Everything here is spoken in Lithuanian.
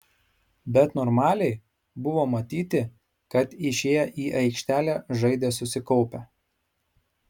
bet normaliai buvo matyti kad išėję į aikštelę žaidė susikaupę